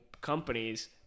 companies